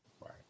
Right